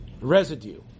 residue